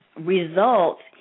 results